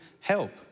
help